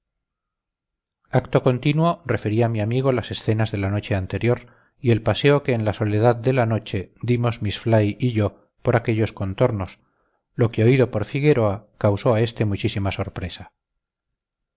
acto continuo referí a mi amigo las escenas de la noche anterior y el paseo que en la soledad de la noche dimos miss fly y yo por aquellos contornos lo que oído por figueroa causó a este muchísima sorpresa